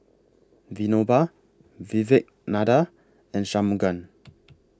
Vinoba Vivekananda and Shunmugam